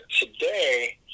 today